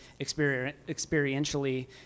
experientially